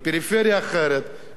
באוכלוסייה אחרת,